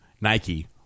Nike